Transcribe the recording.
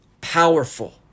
powerful